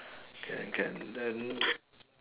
can can then